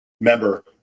member